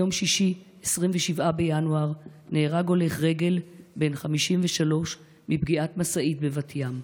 ביום שישי 27 בינואר נהרג הולך רגל בן 53 מפגיעת משאית בבת ים.